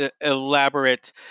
elaborate